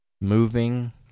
moving